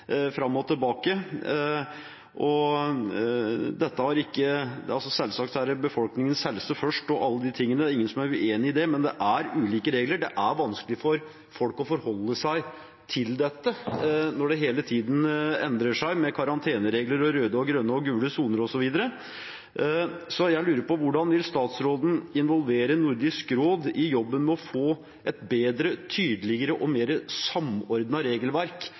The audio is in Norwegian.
Selvsagt må befolkningens helse og alt det komme først – det er ingen som er uenig i det – men det er ulike regler, og det er vanskelig for folk å forholde seg til dette når det hele tiden endrer seg, med karanteneregler og røde, grønne og gule soner osv. Jeg lurer på hvordan statsråden vil involvere Nordisk råd i jobben med å få et bedre, tydeligere og mer samordnet regelverk